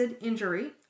injury